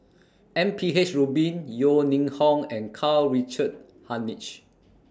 M P H Rubin Yeo Ning Hong and Karl Richard Hanitsch